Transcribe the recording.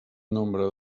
nombre